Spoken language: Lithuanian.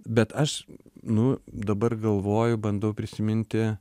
bet aš nu dabar galvoju bandau prisiminti